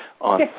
on